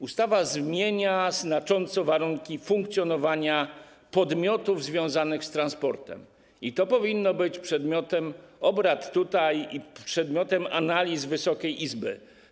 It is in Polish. Ustawa zmienia znacząco warunki funkcjonowania podmiotów związanych z transportem i to powinno być przedmiotem obrad i przedmiotem analiz Wysokiej Izby.